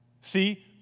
See